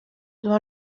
dans